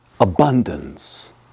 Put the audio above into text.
abundance